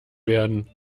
werden